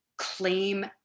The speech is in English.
Claim